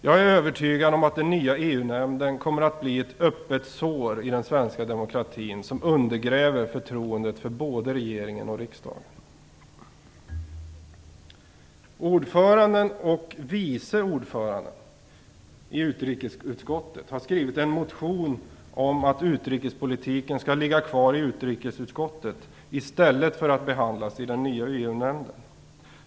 Jag är övertygad om att den nya EU nämnden kommer att bli ett öppet sår i den svenska demokratin och undergräva förtroendet för både regeringen och riksdagen. Ordföranden och vice ordföranden i utrikesutskottet har skrivit en motion om att utrikespolitiken ska ligga kvar i utrikesutskottet i stället för att behandlas i den nya EU-nämnden.